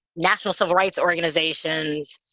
national civil rights organizations,